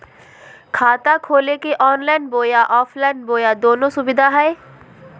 खाता खोले के ऑनलाइन बोया ऑफलाइन बोया दोनो सुविधा है?